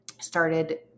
started